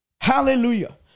Hallelujah